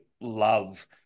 love